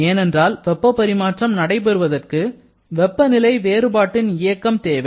ஏனென்றால் வெப்பப் பரிமாற்றம் நடைபெறுவதற்கு வெப்பநிலை வேறுபாட்டின் இயக்கம் தேவை